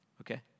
Okay